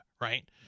right